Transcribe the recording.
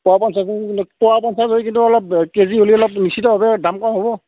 পোৱা পঞ্চাছ পোৱা পঞ্চাছ হয় কিন্তু অলপ কেজি হ'লে অলপ নিশ্চিতভাৱে দাম কম হ'ব